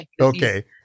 Okay